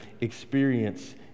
experience